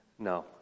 No